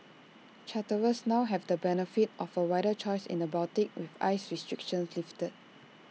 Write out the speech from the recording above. charterers now have the benefit of A wider choice in the Baltic with ice restrictions lifted